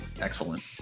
excellent